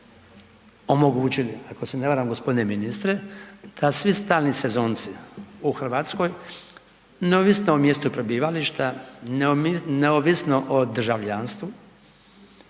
omogućili ako se ne varam g. ministre, kad svi stalni sezonci u Hrvatskoj, neovisno o mjestu prebivališta, neovisno o državljanstvu